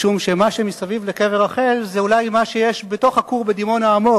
משום שמה שמסביב לקבר רחל זה אולי מה שיש בתוך הכור בדימונה עמוק,